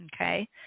okay